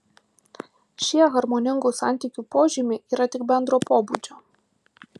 šie harmoningų santykių požymiai yra tik bendro pobūdžio